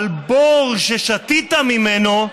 אבל בור ששתית ממנו,